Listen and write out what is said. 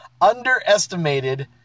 underestimated